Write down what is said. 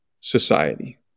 society